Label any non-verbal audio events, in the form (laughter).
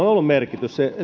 (unintelligible) on ollut merkitys